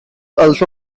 also